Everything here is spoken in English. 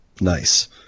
Nice